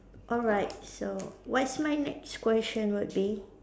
alright so what's my next question would be